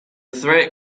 threat